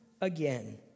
again